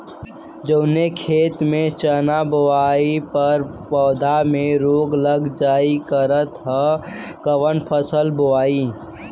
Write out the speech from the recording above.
जवने खेत में चना बोअले पर पौधा में रोग लग जाईल करत ह त कवन फसल बोआई?